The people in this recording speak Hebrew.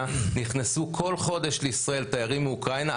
נכנסו כל חודש לישראל תיירים מאוקראינה,